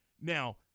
Now